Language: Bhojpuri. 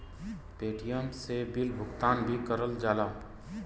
पेटीएम से बिल भुगतान भी करल जाला